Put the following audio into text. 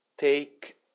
take